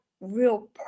real